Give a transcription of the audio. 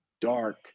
dark